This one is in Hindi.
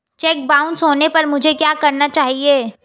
चेक बाउंस होने पर मुझे क्या करना चाहिए?